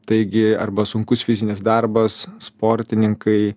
taigi arba sunkus fizinis darbas sportininkai